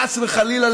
חס וחלילה,